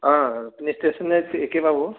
অ' আপুনি ষ্টেচনাৰীত একে পাব